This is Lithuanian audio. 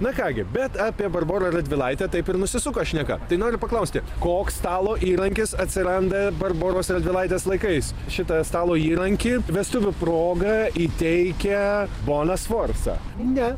na ką gi bet apie barborą radvilaitę taip ir nusisuko šneka tai noriu paklausti koks stalo įrankis atsiranda barboros radvilaitės laikais šitą stalo įrankį vestuvių proga įteikia bona sforza ne